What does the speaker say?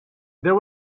there